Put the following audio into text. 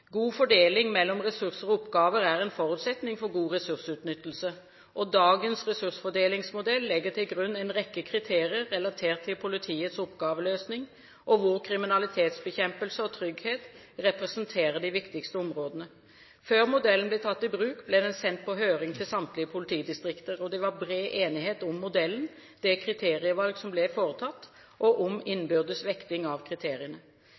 God fordeling mellom ressurser og oppgaver er en forutsetning for god ressursutnyttelse. Dagens ressursfordelingsmodell legger til grunn en rekke kriterier relatert til politiets oppgaveløsning, og hvor kriminalitetsbekjempelse og trygghet representerer de viktigste områdene. Før modellen ble tatt i bruk, ble den sendt ut på høring til samtlige politidistrikter. Det var bred enighet om modellen, om det kriterievalg som ble foretatt, og om innbyrdes vekting av